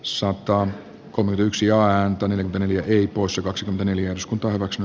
soitto on kolme yksi ja antanut emilia riippuu osa kaksi neljä osku torro xa